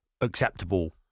acceptable